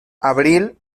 abril